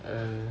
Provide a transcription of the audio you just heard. err